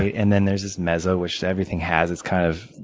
and then, there's this mezzo, which everything has. it's kind of